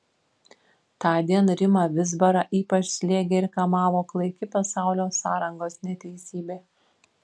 tądien rimą vizbarą ypač slėgė ir kamavo klaiki pasaulio sąrangos neteisybė